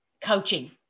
coaching